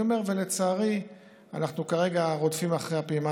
לצערי אנחנו כרגע רודפים אחרי הפעימה